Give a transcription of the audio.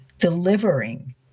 delivering